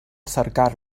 cercar